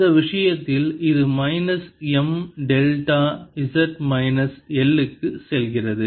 அந்த விஷயத்தில் இது minus M delta z minus L க்கு செல்கிறது